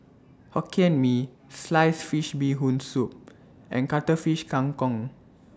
Hokkien Mee Sliced Fish Bee Hoon Soup and Cuttlefish Kang Kong